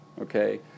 Okay